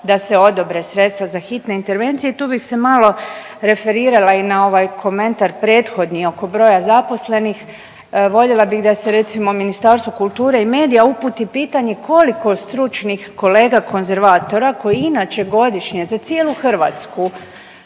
da se odobre sredstva za hitne intervencije i tu bih se malo referirala i na ovaj komentar prethodni oko broja zaposlenih. Voljela bih da se recimo Ministarstvu kulture i medija uputi pitanje koliko stručnih kolega konzervatora koji inače godišnje za cijelu Hrvatsku